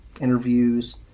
interviews